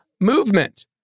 movement